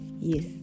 yes